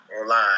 online